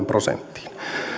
prosenttiin